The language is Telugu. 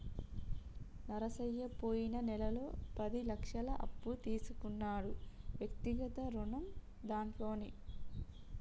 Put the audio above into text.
నరసయ్య పోయిన నెలలో పది లక్షల అప్పు తీసుకున్నాడు వ్యక్తిగత రుణం దాంట్లోనే